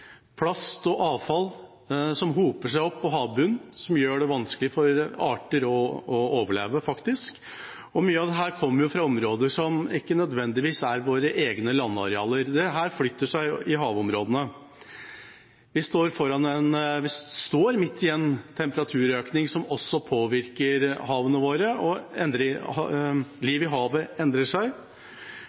Plast og avfall hoper seg opp på havbunnen og gjør det vanskelig for arter å overleve. Mye av dette kommer fra områder som ikke nødvendigvis er våre egne landarealer. Det forflytter seg i havområdene. Vi står midt i en temperaturøkning som påvirker havene, og livet i havet endrer seg.